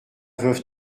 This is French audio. veuve